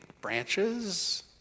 branches